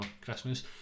Christmas